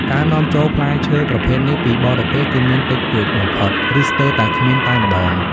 ការនាំចូលផ្លែឈើប្រភេទនេះពីបរទេសគឺមានតិចតួចបំផុត ឬស្ទើរតែគ្មានតែម្តង។